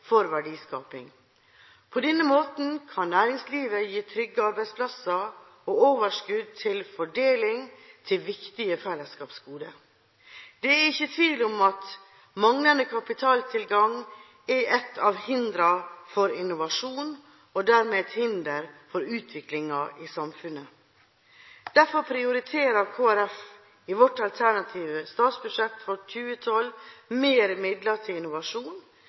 for verdiskaping. På denne måten kan næringslivet gi trygge arbeidsplasser og overskudd til fordeling til viktige fellesskapsgoder. Det er ikke tvil om at manglende kapitaltilgang er et av hindrene for innovasjon – og dermed et hinder for utviklingen i samfunnet. Derfor prioriterer Kristelig Folkeparti i vårt alternative statsbudsjett for 2012 mer midler til innovasjon.